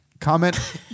comment